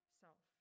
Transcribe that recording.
self